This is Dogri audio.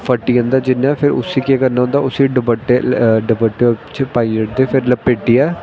फटी जंदा जियां फ्ही उसी केह् करना होंदा उसी दपट्टे च दपट्टे च पाई ओड़दे फिर लपेटियै